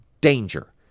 danger